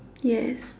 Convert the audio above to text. yes